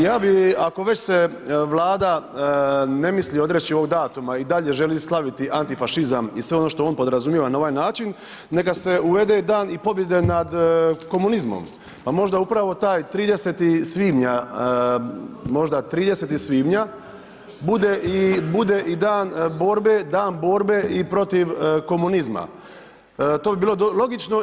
Ja bi ako već se Vlada ne misli odreći ovog datuma i dalje želi slaviti antifašizma i sve ono što on podrazumijeva na ovaj način neka se uvede dan pobjede nad komunizmom, pa možda upravo taj 30. svibnja možda 30. svibnja bude i dan borbe, dan borbe i protiv komunizma to bi bilo logično.